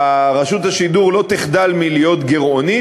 רשות השידור לא תחדל מלהיות גירעונית,